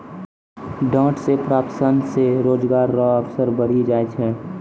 डांट से प्राप्त सन से रोजगार रो अवसर बढ़ी जाय छै